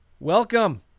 Welcome